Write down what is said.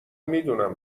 میدونم